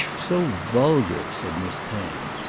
so vulgar, said miss penge.